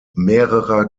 mehrerer